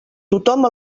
tothom